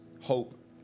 hope